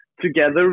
together